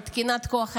בתקינת כוח אדם,